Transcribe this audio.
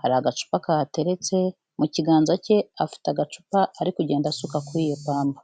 hari agacupa kateretse, mu kiganza cye afite agacupa ari kugenda asuka kuri iyo pamba.